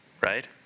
right